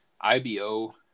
IBO